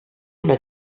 una